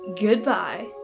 Goodbye